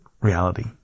reality